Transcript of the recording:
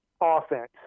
offense